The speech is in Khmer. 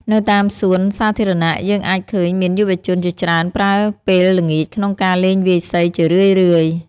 នៅតាមសួនសាធារណៈ យើងអាចឃើញមានយុវជនជាច្រើនប្រើពេលល្ងាចក្នុងការលេងវាយសីជារឿយៗ។